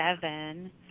seven